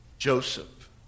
Joseph